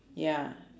ya